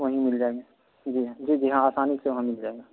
وہیں مل جائیں گے جی ہاں جی جی ہاں آسانی سے وہاں مل جائے گا